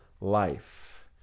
life